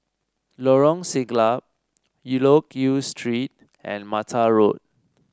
Lorong Siglap Loke Yew Street and Mata Road